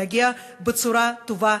להגיע בצורה טובה,